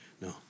No